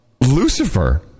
Lucifer